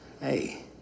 Hey